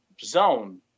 zone